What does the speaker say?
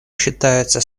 считаются